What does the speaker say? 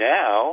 now